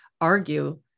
argue